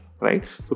right